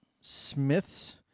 Smith's